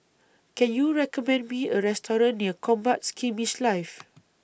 Can YOU recommend Me A Restaurant near Combat Skirmish Live